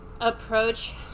approach